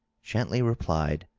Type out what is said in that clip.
gently replied,